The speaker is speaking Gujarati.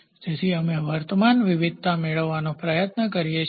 તેથી અમે વર્તમાન વિવિધતા મેળવવાનો પ્રયાસ કરીએ છીએ